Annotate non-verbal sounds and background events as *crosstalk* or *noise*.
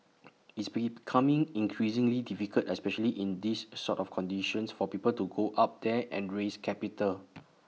*noise* it's becoming increasingly difficult especially in these sort of conditions for people to go up there and raise capital